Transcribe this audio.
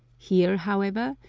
here, however,